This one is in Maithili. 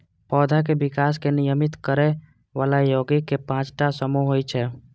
पौधाक विकास कें नियमित करै बला यौगिक के पांच टा समूह होइ छै